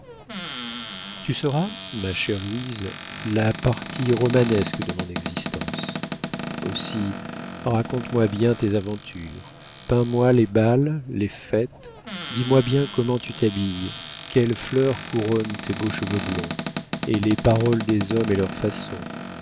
tu seras ma chère louise la partie romanesque de mon existence aussi raconte-moi bien tes aventures peins moi les bals les fêtes dis-moi bien comment tu t'habilles quelles fleurs couronnent tes beaux cheveux blonds et les paroles des hommes et leurs façons